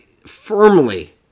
firmly